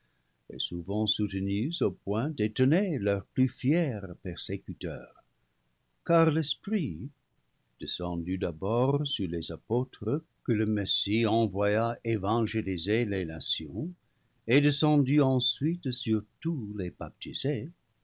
et souvent sou tenus au point d'étonner leurs plus fiers persécuteurs car l'esprit descendu d'abord sur les apôtres que le messie en voya évangéliser les nations et descendu ensuite sur tous les